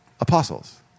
Apostles